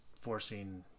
forcing